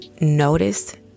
noticed